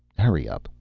hurry up.